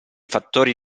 fattori